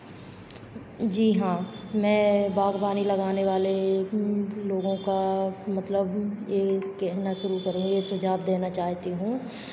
जी हाँ में बागवानी लगाने वाले लोगों का मतलब ये कहना शुरू करेंगे सुझाव देना चाहती हूँ